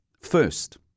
first